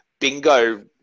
bingo